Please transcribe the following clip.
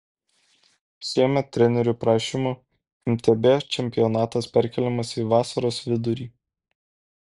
šiemet trenerių prašymų mtb čempionatas perkeliamas į vasaros vidurį